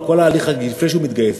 על כל ההליך לפני שהוא מתגייס.